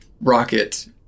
rocket